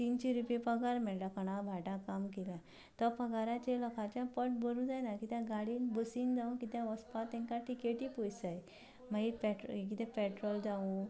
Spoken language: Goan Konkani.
तिनशे रुपया पगार मेळटा कोणाल्या भाटांत काम केल्यार त्या पगाराचेर लोकांचें पोट भरूंक जायना कित्याक गाडयेन बसीन जावं कित्यान वचपाक तांकां टिकेटीक पयशे जाय मागीर कितें पॅट्रोल जावं